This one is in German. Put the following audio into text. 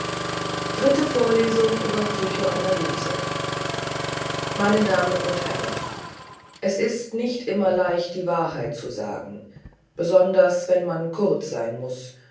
meine damen und herren es ist nicht immer leicht die wahrheit zu sagen besonders wenn man kurz sein muß